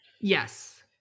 Yes